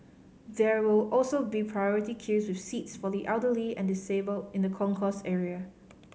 there will also be priority queues with seats for the elderly and disabled in the concourse area